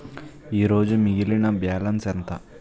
ఈరోజు మిగిలిన బ్యాలెన్స్ ఎంత?